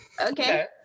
okay